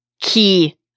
key